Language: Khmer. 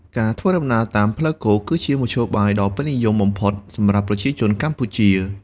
ការធ្វើដំណើរតាមផ្លូវគោកគឺជាមធ្យោបាយដ៏ពេញនិយមបំផុតសម្រាប់ប្រជាជនកម្ពុជា។